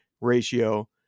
ratio